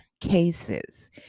cases